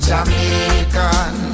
Jamaican